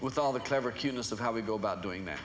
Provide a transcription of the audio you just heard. with all the clever cuteness of how we go about doing that